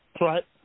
Right